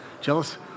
jealous